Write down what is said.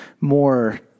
more